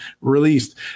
released